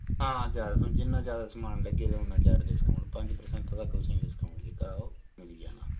हां जैदा समा जिन्ना जैदा समान लैह्गे तां उन्ना जैदा डिस्काउंट पंज परसैंट तक तुसें डिस्काउंट जेह्का ओ तुसें मिली जाना